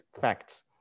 facts